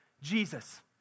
Jesus